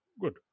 Good